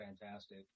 fantastic